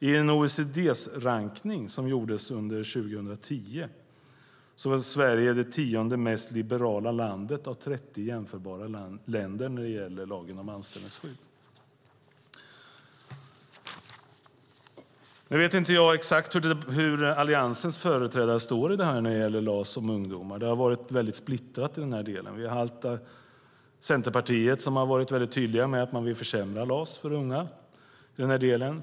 I en rankning gjord av OECD under 2010 var Sverige det tionde mest liberala landet av 30 jämförbara länder när det gäller lagen om anställningsskydd. Nu vet jag inte exakt hur Alliansens företrädare står i frågan om LAS och ungdomar. Det har varit splittrat. Centerpartiet har varit tydligt med att försämra LAS för unga.